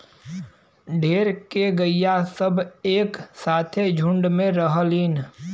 ढेर के गइया सब एक साथे झुण्ड में रहलीन